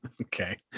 Okay